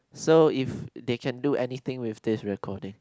so if they can do anything with this recording